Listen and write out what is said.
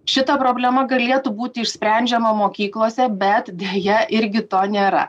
šita problema galėtų būti išsprendžiama mokyklose bet deja irgi to nėra